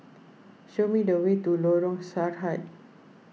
show me the way to Lorong Sarhad